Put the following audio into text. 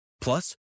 Plus